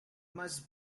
must